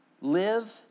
Live